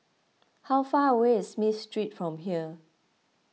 how far away is Smith Street from here